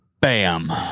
Bam